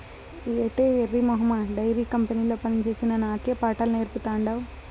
ఏటే ఎర్రి మొహమా డైరీ కంపెనీల పనిచేసిన నాకే పాఠాలు నేర్పతాండావ్